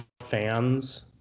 fans